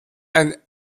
ein